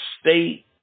state